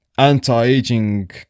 anti-aging